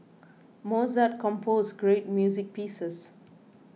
Mozart composed great music pieces